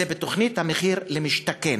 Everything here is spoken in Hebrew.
הוא בתוכנית מחיר למשתכן.